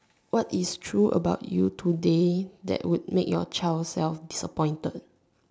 what is true about you today that will make your child disappointed